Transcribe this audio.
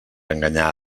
enganyar